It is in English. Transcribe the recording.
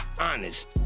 honest